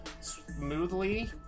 smoothly